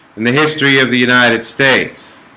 in the history of the united states